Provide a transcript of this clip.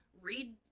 read